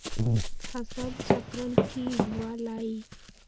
फसल चक्रण की हुआ लाई?